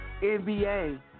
NBA